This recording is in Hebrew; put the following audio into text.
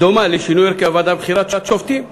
דומה לשינוי הוועדה לבחירת שופטים,